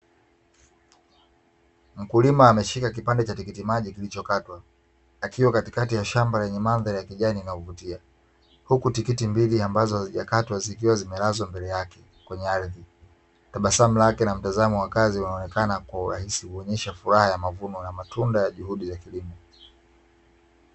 Mkulima ameshika kipande cha tikiti maji kilichokatwa akiwa katikati ya shamba lenye mandhari ya kijani inayovutia huku tikiti mbili ambazo hazijakatwa zikiwa zimelazwa mbele yake kwenye ardhi, tabasamu lake na mtazamo wa kazi unaonekana kuonyesha furaha ya mavuno na matunda ya juhudi za kilimo.